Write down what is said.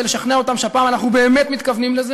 לשכנע אותם שהפעם אנחנו באמת מתכוונים לזה